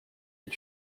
est